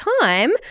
time